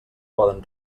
poden